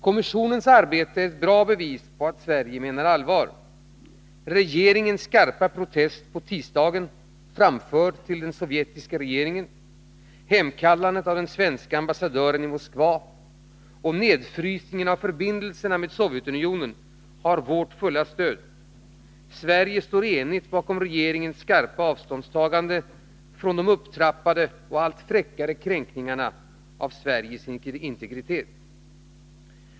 Kommissionens arbete är ett bra bevis på att Sverige menar allvar. Regeringens skarpa protest på tisdagen, framförd till den sovjetiska regeringen, hemkallandet av den svenska ambassadören i Moskva och nedfrysningen av förbindelserna med Sovjetunionen har vårt fulla stöd. Sverige står enigt bakom regeringens skarpa avståndstagande från de upptrappade och allt fräckare kränkningarna av vårt lands integritet.